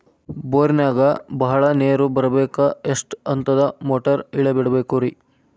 ಬೋರಿನಾಗ ಬಹಳ ನೇರು ಬರಾಕ ಎಷ್ಟು ಹಂತದ ಮೋಟಾರ್ ಇಳೆ ಬಿಡಬೇಕು ರಿ?